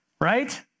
right